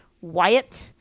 Wyatt